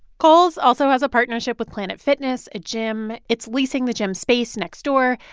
kohl's also has a partnership with planet fitness, a gym. it's leasing the gym space next door.